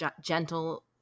gentle